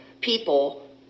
people